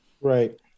Right